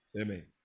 Amen